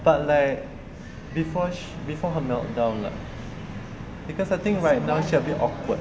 ya but like before her meltdown lah because I think right now she's a bit awkward